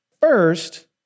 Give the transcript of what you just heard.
First